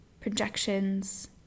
projections